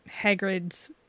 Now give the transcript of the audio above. Hagrid's